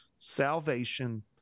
salvation